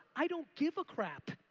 i don't give a crap.